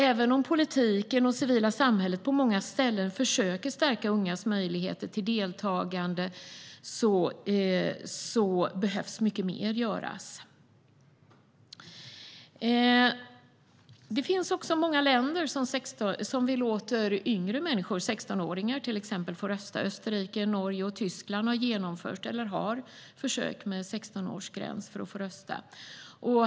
Även om politiken och det civila samhället på många ställen försöker stärka ungas möjligheter till deltagande behöver mycket mer göras. Det finns också många länder som tillåter yngre människor, till exempel 16-åringar, att rösta. Österrike, Norge och Tyskland har genomfört eller har försök med 16-årsgräns för röstning.